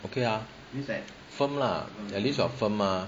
okay ah firm lah at least you are firm mah